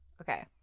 Okay